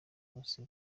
bose